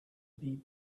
beat